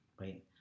right